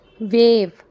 Wave